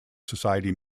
society